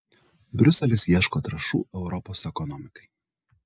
briuselis ieško trąšų europos ekonomikai